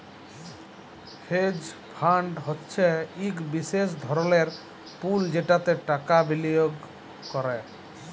hedge fund হছে ইক বিশেষ ধরলের পুল যেটতে টাকা বিলিয়গ ক্যরে